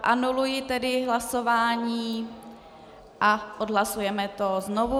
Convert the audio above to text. Anuluji tedy hlasování a odhlasujeme to znovu.